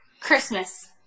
Christmas